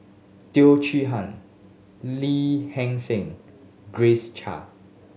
Teo Chee Hean Lee Heng Seng Grace Chia